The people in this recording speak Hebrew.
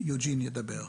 יוג'ין ידבר.